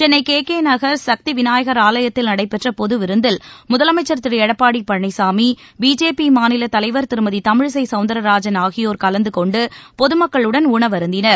Chennai K Nagar Sakthi Vinayagar ஆலயத்தில் நடைபெற்ற பொது விருந்தில் முதலமைச்சர் திரு எடப்பாடி பழனிசாமி பிஜேபி மாநில தலைவர் திருமதி தமிழிசை சௌந்தரராஜன் ஆகியோர் கலந்துகொண்டு பொதுமக்களுடன் உணவருந்தினர்